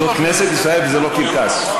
זאת כנסת ישראל וזה לא קרקס.